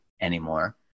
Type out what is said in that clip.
anymore